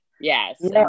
Yes